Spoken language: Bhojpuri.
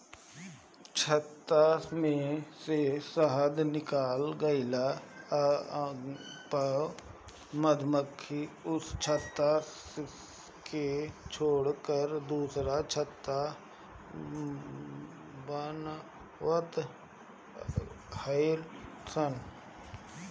छत्ता में से शहद निकल गइला पअ मधुमक्खी उ छत्ता के छोड़ के दुसर छत्ता बनवत हई सन